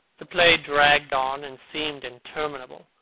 the play dragged on, and seemed interminable.